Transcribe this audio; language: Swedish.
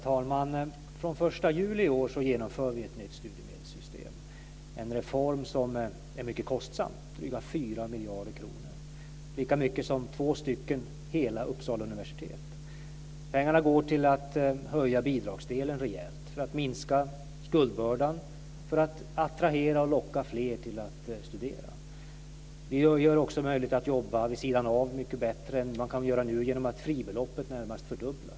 Herr talman! Från den 1 juli i år genomför vi ett nytt studiemedelssystem. Det är en reform som är mycket kostsam - drygt 4 miljarder kronor. Det är lika mycket som två hela Uppsala universitet kostar. Pengarna går till att höja bidragsdelen rejält, för att minska skuldbördan och för att attrahera och locka fler att studera. Vi ger också studenterna möjlighet att jobba vid sidan av på ett bättre sätt genom att fribeloppet närmast fördubblas.